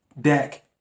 deck